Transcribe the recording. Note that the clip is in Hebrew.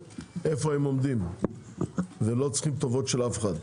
איפה הם עומדים ולא צריך טובות של אף אחד.